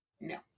no